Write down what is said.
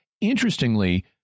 Interestingly